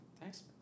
Thanks